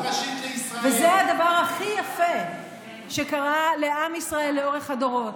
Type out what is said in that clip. וזה הדבר הכי יפה שקרה לעם ישראל לאורך הדורות.